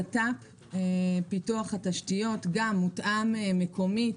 נושא הצת"פ פיתוח התשתיות גם מותאם מקומית.